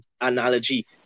analogy